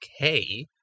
okay